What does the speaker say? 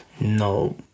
No